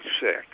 sick